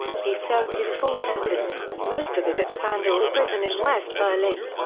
he served his full sentence, most of it at spandau prison in west berlin.